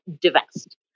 divest